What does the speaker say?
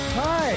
hi